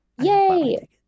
Yay